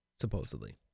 supposedly